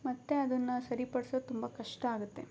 ಮತ್ತೆ ಅದನ್ನ ಸರಿಪಡ್ಸೋದ್ ತುಂಬ ಕಷ್ಟ ಆಗತ್ತೆ